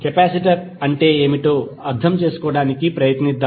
capacitor అంటే ఏమిటో అర్థం చేసుకోవడానికి ప్రయత్నిద్దాం